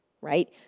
right